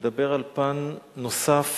לדבר על פן נוסף,